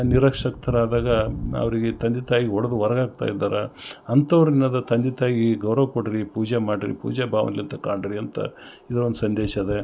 ನಿರಾಶಕ್ತರಾದಾಗ ಅವರಿಗೆ ತಂದೆ ತಾಯಿ ಹೊಡ್ದು ಹೊರಗ್ ಹಾಕ್ತ ಇದ್ದಾರಾ ಅಂಥೋರ್ ಏನಾರ ತಂದೆ ತಾಯಿಗೆ ಗೌರವ ಕೊಡ್ರಿ ಪೂಜೆ ಮಾಡ್ರಿ ಪೂಜೆ ಭಾವನೆಲಿಂತ ಕಾಣ್ರಿ ಅಂತ ಹೇಳೋವಂಥ ಸಂದೇಶ ಅದೆ